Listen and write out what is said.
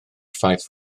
ffaith